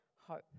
Hope